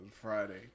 Friday